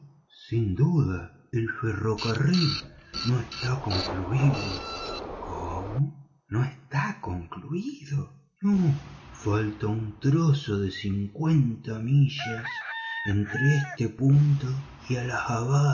sin duda el ferrocarril no está concluido cómo no está concluido no falta un trozo de cincuenta millas entre este punto y